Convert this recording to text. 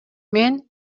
мен